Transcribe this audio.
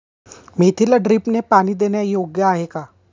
मेथीला ड्रिपने पाणी देणे योग्य आहे का?